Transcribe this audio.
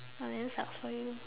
ah then sucks for you